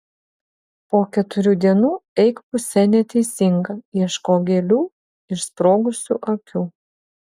po keturių dienų eik puse neteisinga ieškok gėlių išsprogusių akių